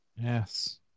Yes